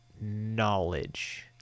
knowledge